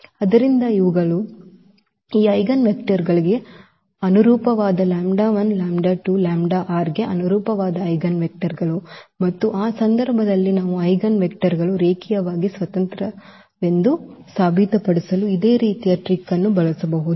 ಆದ್ದರಿಂದ ಇವುಗಳು ಈ ಐಜೆನ್ವೆಕ್ಟರ್ಗಳಿಗೆ ಅನುರೂಪವಾದ ಗೆ ಅನುರೂಪವಾದ ಐಜೆನ್ವೆಕ್ಟರ್ಗಳು ಮತ್ತು ಆ ಸಂದರ್ಭದಲ್ಲಿ ನಾವು ಈ ಐಜೆನ್ವೆಕ್ಟರ್ಗಳು ರೇಖೀಯವಾಗಿ ಸ್ವತಂತ್ರವೆಂದು ಸಾಬೀತುಪಡಿಸಲು ಇದೇ ರೀತಿಯ ಟ್ರಿಕ್ ಅನ್ನು ಬಳಸಬಹುದು